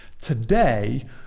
today